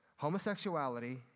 Homosexuality